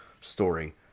story